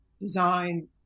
design